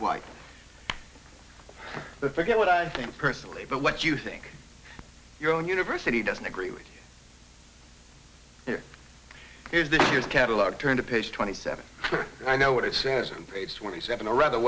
white the forget what i think personally but what you think your own university doesn't agree with here is this your catalogue turn to page twenty seven i know what it says on page twenty seven or rather